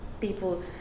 people